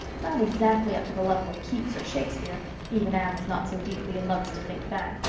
not exactly up to the level of keats or shakespeare even anne was not so deeply in love as to think that.